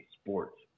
sports